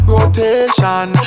Rotation